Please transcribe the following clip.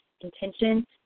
intention